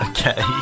Okay